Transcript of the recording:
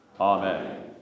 amen